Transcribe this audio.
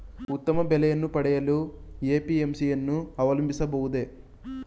ಉತ್ತಮ ಬೆಲೆಯನ್ನು ಪಡೆಯಲು ಎ.ಪಿ.ಎಂ.ಸಿ ಯನ್ನು ಅವಲಂಬಿಸಬಹುದೇ?